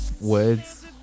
words